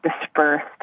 dispersed